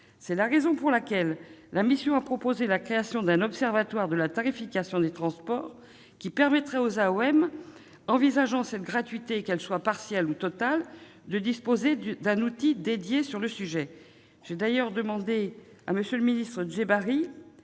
C'est la raison pour laquelle la mission a proposé la création d'un observatoire de la tarification des transports, qui permettrait aux AOM envisageant cette gratuité, qu'elle soit partielle ou totale, de disposer d'un outil spécifique. J'ai d'ailleurs demandé à monsieur le secrétaire